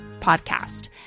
podcast